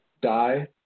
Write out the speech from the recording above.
die